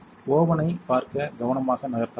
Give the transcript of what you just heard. oven ஐ பார்க்க கவனமாக நகர்த்தலாம்